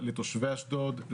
לתושבי אשדוד,